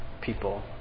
people